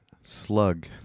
slug